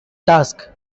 tusk